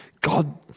God